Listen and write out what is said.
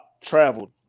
traveled